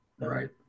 Right